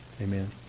amen